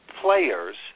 Players